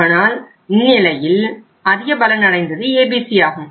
ஆனால் இந்நிலையில் அதிக பலன் அடைந்தது ABC ஆகும்